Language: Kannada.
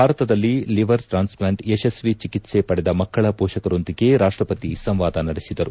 ಭಾರತದಲ್ಲಿ ಲಿವರ್ ಟ್ರಾನ್ಸ್ಪ್ಲಾಂಟ್ ಯಶಸ್ವಿ ಚಿಕಿತ್ತೆ ಪಡೆದ ಮಕ್ಕಳ ಪೋಷಕರೊಂದಿಗೆ ರಾಷ್ಷಪತಿ ಸಂವಾದ ನಡೆಸಿದರು